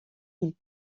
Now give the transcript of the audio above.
ils